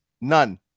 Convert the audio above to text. None